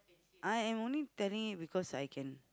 I am only telling because I can